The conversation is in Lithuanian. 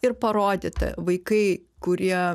ir parodyta vaikai kurie